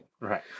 Right